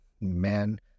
Man